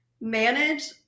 manage